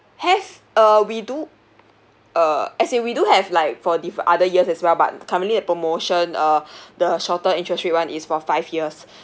have uh we do uh as in we do have like for the other years as well but currently the promotion uh the shorter interest [one] is for five years